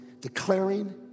Declaring